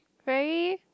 very